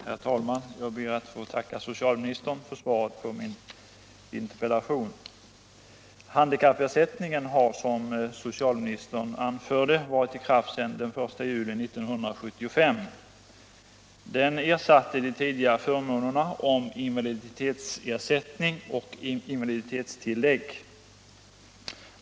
Herr talman! Jag ber att få tacka socialministern för svaret på min interpellation. Handikappersättningen har, som socialministern anförde, varit i kraft sedan den 1 juli 1975. Den ersatte de tidigare förmånerna, som utgjordes av invaliditetsersättning och invaliditetstillägg.